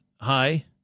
Hi